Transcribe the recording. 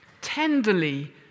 tenderly